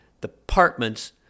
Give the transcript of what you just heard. departments